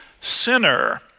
sinner